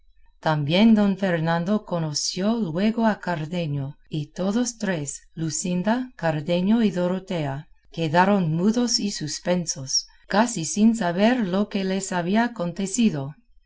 también don fernando conoció luego a cardenio y todos tres luscinda cardenio y dorotea quedaron mudos y suspensos casi sin saber lo que les había acontecido